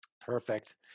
Perfect